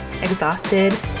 exhausted